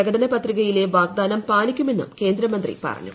പ്രകടന പത്രികയിലെ വാഗ്ദാനം പാലിക്കുമെന്നും കേന്ദ്രമന്ത്രി പറഞ്ഞു